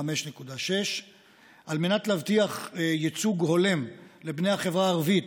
5.6%. על מנת להבטיח ייצוג הולם לבני החברה הערבית,